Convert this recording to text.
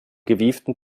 gewieften